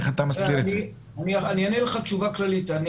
אני אענה לך תשובה כללית.